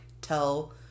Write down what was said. tell